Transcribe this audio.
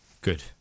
Good